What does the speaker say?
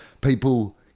people